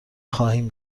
خواهیم